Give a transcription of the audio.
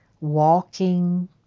walking